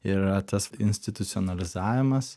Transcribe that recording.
yra tas institucionalizavimas